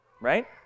Right